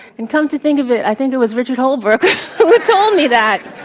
and come to think of it, i think it was richard holbrook who told me that.